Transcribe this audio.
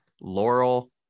laurel